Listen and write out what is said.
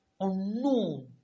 Unknown